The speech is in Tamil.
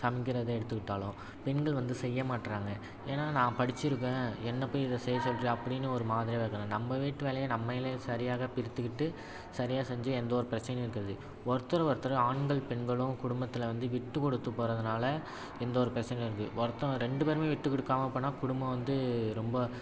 சமைக்கிறதை எடுத்துக்கிட்டாலும் பெண்கள் வந்து செய்ய மாட்டுறாங்க ஏன்னால் நான் படிச்சுருக்கேன் என்னை போய் இதை செய்ய சொல்கிறியே அப்படின்னு ஒரு மாதிரியா பார்க்கறாங்க நம்ம வீட்டு வேலையை நம்மளே சரியாக பிரித்துக்கிட்டு சரியாக செஞ்சு எந்த ஒரு பிரச்சினையும் இருக்காது ஒருத்தர் ஒருத்தர் ஆண்கள் பெண்களும் குடும்பத்தில் வந்து விட்டுக்கொடுத்து போகிறதுனால எந்த ஒரு பிரச்சின இருக்கு ஒருத்தன் ரெண்டு பேருமே விட்டுக்கொடுக்காம போனால் குடும்பம் வந்து ரொம்ப